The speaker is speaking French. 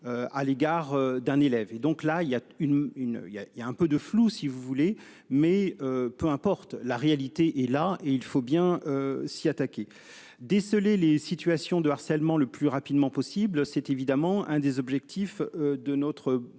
à l'égard d'un élève. Et donc là il y a une une il y a il y a un peu de flou. Si vous voulez, mais peu importe la réalité est là et il faut bien s'y attaquer déceler les situations de harcèlement, le plus rapidement possible. C'est évidemment un des objectifs de notre